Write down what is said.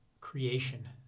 creation